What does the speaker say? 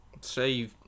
say